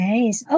Nice